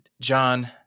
John